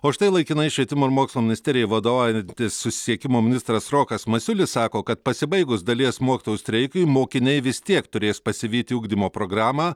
o štai laikinai švietimo ir mokslo ministerijai vadovaujantis susisiekimo ministras rokas masiulis sako kad pasibaigus dalies mokytojų streikui mokiniai vis tiek turės pasivyti ugdymo programą